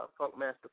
Funkmaster